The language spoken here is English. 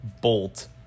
bolt